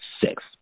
six